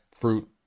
fruit